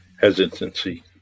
hesitancy